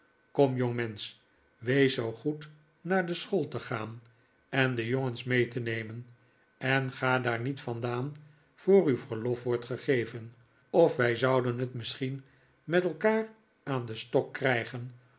kom jongmensch wees zoo goed naar de school te gaan en de jongens mee te nemen en ga daar niet vandaan voor u verlof wordt gegeven of wij zouden t misschien met elkaar aan den stok krijgen